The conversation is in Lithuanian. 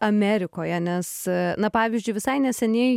amerikoje nes na pavyzdžiui visai neseniai